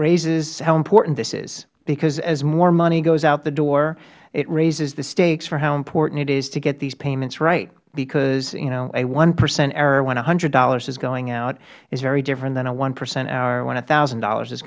raises how important this is because as more money goes out the door it raises the stakes for how important it is to get these payments right because a one percent error when one hundred dollars is going out is very different than a one percent error when one thousand dollars is